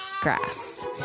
Grass